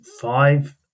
five